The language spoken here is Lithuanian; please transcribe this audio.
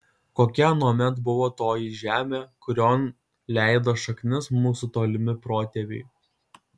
kokia anuomet buvo toji žemė kurion leido šaknis mūsų tolimi protėviai